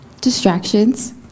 Distractions